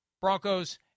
Broncos